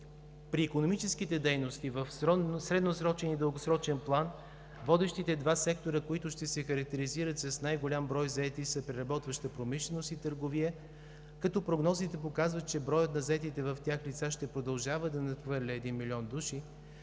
При икономическите дейности в средносрочен и дългосрочен план водещите два сектора, които ще се характеризират с най-голям брой заети са – преработваща промишленост и търговия, като прогнозите показват, че броят на заетите в тях лица ще продължава да надхвърля 1 милион души